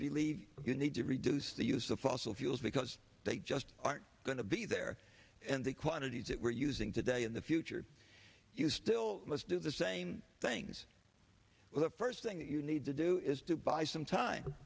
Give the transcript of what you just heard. believe you need to reduce the use of fossil fuels because they just aren't going to be there and the quantities that we're using today in the future you still must do the same things with the first thing that you need to do is to buy some time